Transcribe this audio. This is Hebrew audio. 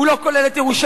הוא לא כולל את ירושלים,